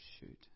shoot